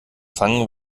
fangen